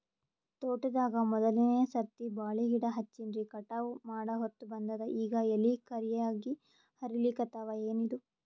ತೋಟದಾಗ ಮೋದಲನೆ ಸರ್ತಿ ಬಾಳಿ ಗಿಡ ಹಚ್ಚಿನ್ರಿ, ಕಟಾವ ಮಾಡಹೊತ್ತ ಬಂದದ ಈಗ ಎಲಿ ಕರಿಯಾಗಿ ಹರಿಲಿಕತ್ತಾವ, ಏನಿದು?